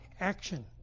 action